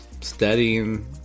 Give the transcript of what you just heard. studying